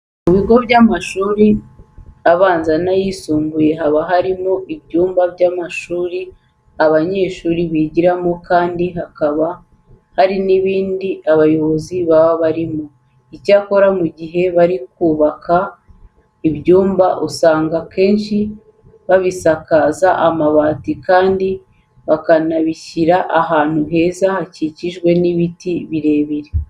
Mu bigo by'amashuri abanza n'ayisumbuye haba harimo ibyumba by'amashuri abanyeshuri bigiramo kandi hakaba hari n'ibindi abayobozi baba barimo. Icyakora mu gihe bari kubaka ibi byumba usanga akenshi babisakaza amabati kandi bakanabishyira ahantu heza hakikijwe n'ibiti birebire.